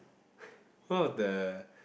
one of the